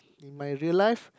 in my real life